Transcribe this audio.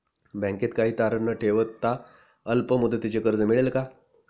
बँकेत काही तारण न ठेवता अल्प मुदतीचे कर्ज मिळेल का?